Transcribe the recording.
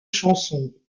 chanson